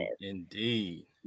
Indeed